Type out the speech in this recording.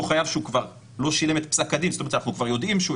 אנחנו מתאמצים לכך.